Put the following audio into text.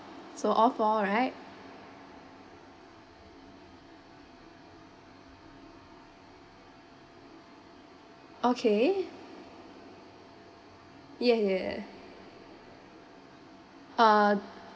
so all four right okay ye~ ya uh